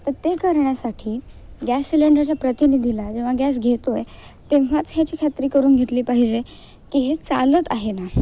तर ते करण्यासाठी गॅस सिलेंडरच्या प्रतिनिधीला जेव्हा गॅस घेतो आहे तेव्हाच ह्याची खात्री करून घेतली पाहिजे की हे चालत आहे ना